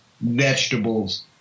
vegetables